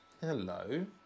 hello